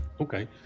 Okay